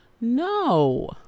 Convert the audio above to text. No